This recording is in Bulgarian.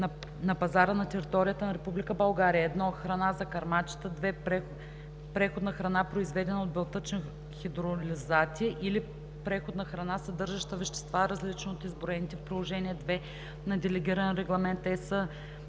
на пазара на територията на Република България: 1. храна за кърмачета; 2. преходна храна, произведена от белтъчни хидролизати, или преходна храна, съдържаща вещества, различни от изброените Приложение II на Делегиран регламент (ЕС)